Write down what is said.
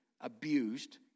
abused